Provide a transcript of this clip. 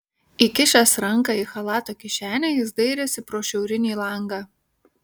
įkišęs ranką į chalato kišenę jis dairėsi pro šiaurinį langą